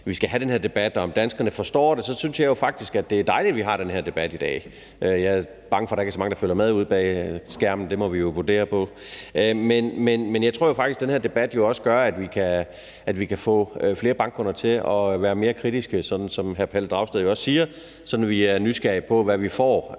vi skal have den her debat, og om danskerne forstår det, men jeg synes faktisk, det er dejligt, vi har den her debat i dag. Jeg er bange for, der ikke er så mange, der følger med ude bag skærmene; det må vi jo vurdere. Men jeg tror faktisk, den her debat også gør, at vi kan få flere bankkunder til at være mere kritiske, som hr. Pelle Dragsted også siger, sådan at man er nysgerrig på, hvad vi får